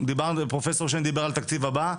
פרופ' שיין מדבר על התקציב הבא.